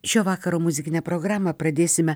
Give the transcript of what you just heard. šio vakaro muzikinę programą pradėsime